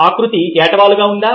ఆకృతికి ఏటవాలు ఉందా